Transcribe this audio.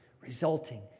resulting